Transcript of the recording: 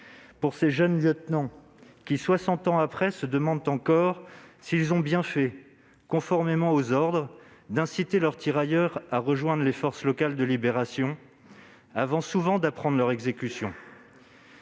pour ces jeunes lieutenants qui, soixante ans après, se demandent encore s'ils ont bien fait, conformément aux ordres, d'inciter leurs tirailleurs à rejoindre les forces locales de libération avant, dans bien des cas, d'apprendre leur exécution